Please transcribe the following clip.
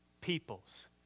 peoples